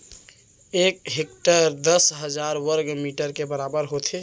एक हेक्टर दस हजार वर्ग मीटर के बराबर होथे